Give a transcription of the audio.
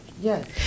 Yes